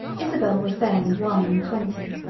isobel was then one and twenty.